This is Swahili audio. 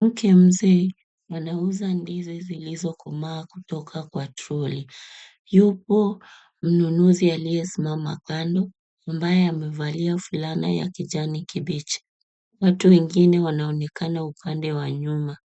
Mtu mzee anauza ndizi zilizokomaa kutoka kwa troli. Yupo mnunuzi aliyesimama kando ambaye amevalia amevalia fulana ya kijani kibichi. Watu wengine wanaonekana upande wa nyuma.